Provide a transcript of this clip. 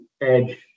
Edge